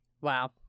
Wow